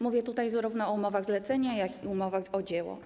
Mówię tutaj zarówno o umowach zlecenia, jak i umowach o dzieło.